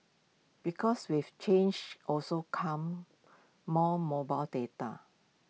because with change also comes more mobile data